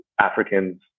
Africans